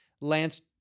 Lance